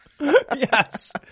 yes